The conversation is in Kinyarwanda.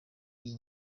iyi